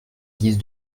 guise